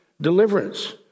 deliverance